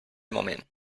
moment